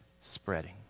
spreading